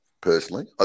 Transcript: personally